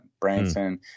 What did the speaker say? Branson